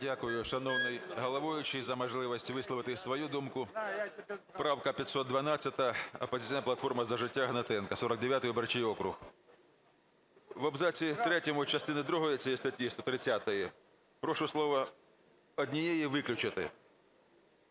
Дякую, шановний головуючий, за можливість висловити й свою думку. Правка 512. "Опозиційна платформа - За життя", Гнатенко, 49 виборчий округ. В абзаці третьому частини другої цієї статті 130 прошу слово "однієї" виключити.